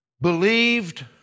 believed